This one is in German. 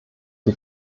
die